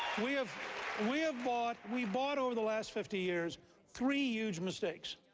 we have we have bought we bought over the last fifty years three huge mistakes.